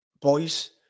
boys